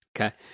Okay